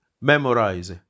Memorize